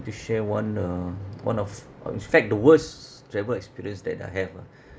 to share one uh one of or in fact the worst travel experience that I have ah